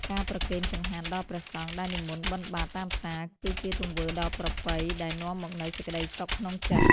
ការប្រគេនចង្ហាន់ដល់ព្រះសង្ឃដែលនិមន្តបិណ្ឌបាតតាមផ្សារ គឺជាទង្វើដ៏ប្រពៃដែលនាំមកនូវសេចក្ដីសុខក្នុងចិត្ត។